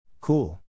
Cool